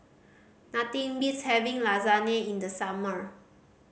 nothing beats having Lasagne in the summer